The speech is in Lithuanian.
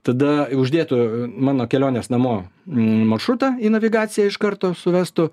tada uždėtų mano kelionės namo maršrutą į navigaciją iš karto suvestų